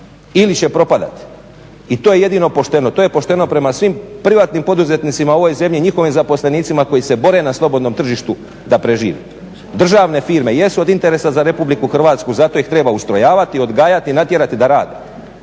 ili će propadati. I to je jedino pošteno, to je pošteno prema svim privatnim poduzetnicima u ovoj zemlji, njihovim zaposlenicima koji se bore na slobodnom tržištu da prežive. Državne firme jesu od interesa za Republiku Hrvatsku zato ih treba ustrojavati, odgajati i natjerati da rade,